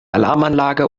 alarmanlage